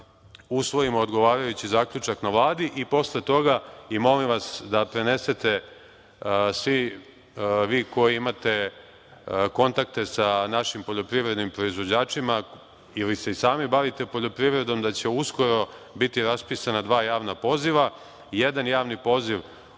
usvojimo odgovarajući zaključak na Vladi i posle toga i molim vas da prenesete svi vi koji imate kontakte sa našim poljoprivrednim proizvođačima ili se sami bavite poljoprivredom da će uskoro biti raspisana dva javna poziva. Jedan javni poziv